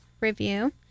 review